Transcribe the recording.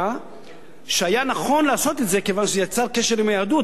היה שהיה נכון לעשות את זה כיוון שזה יצר קשר עם היהדות,